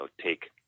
take